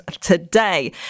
today